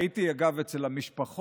הייתי, אגב, אצל המשפחות,